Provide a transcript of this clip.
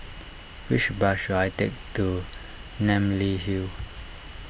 which bus should I take to Namly Hill